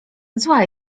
zła